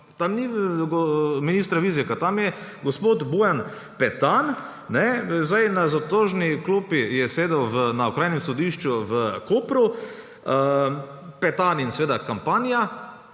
tam ni ministra Vizjaka, tam je gospod Bojan Petan, zdaj je na zatožni klopi sedel na Okrajnem sodišču v Kopru, Petan in seveda kampanja,